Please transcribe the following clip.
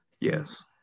yes